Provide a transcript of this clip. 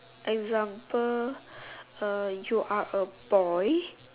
example uh you are a boy